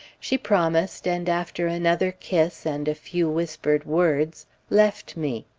she promised, and after another kiss, and a few whispered words, left me.